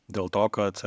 dėl to kad